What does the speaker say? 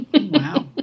Wow